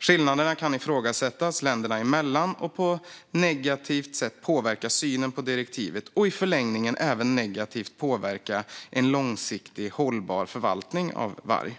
Skillnaderna kan ifrågasättas länderna emellan och på ett negativt sätt påverka synen på direktivet och i förlängningen även negativt påverka en långsiktig, hållbar förvaltning av varg.